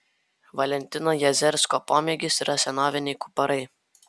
valentino jazersko pomėgis yra senoviniai kuparai